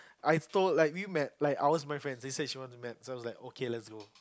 I told like we met like I was my friend she said she want to met so I was like okay let's go